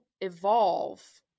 evolve